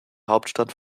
hauptstadt